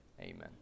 amen